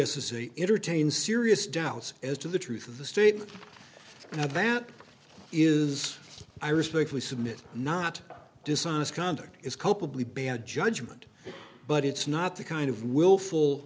c s is a entertain serious doubts as to the truth of the statement that is i respectfully submit not dishonest conduct is culpably bad judgment but it's not the kind of willful